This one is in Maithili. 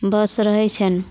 बस रहैत छन